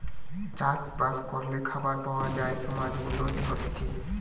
চাষ বাস করলে খাবার পাওয়া যায় সমাজের উন্নতি হতিছে